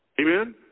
Amen